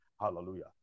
Hallelujah